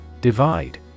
Divide